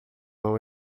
não